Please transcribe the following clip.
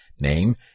name